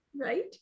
Right